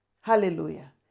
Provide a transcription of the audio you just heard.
Hallelujah